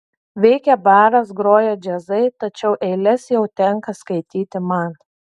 veikia baras groja džiazai tačiau eiles jau tenka skaityti man